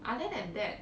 other than that